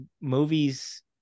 movies